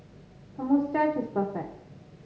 her moustache is perfect